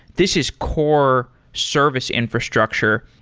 this is core service infrastructure.